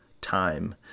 time